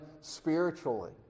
spiritually